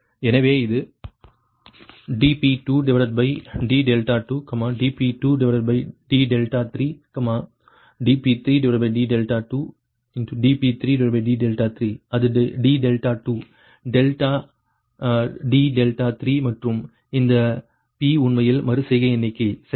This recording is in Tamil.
எனவே இது dp2d2 dp2d3 dp3d2 dp3d3 இது d2 டெல்டா d3 மற்றும் இந்த p உண்மையில் மறு செய்கை எண்ணிக்கை சரியா